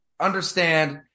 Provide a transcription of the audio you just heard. Understand